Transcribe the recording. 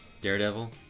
Daredevil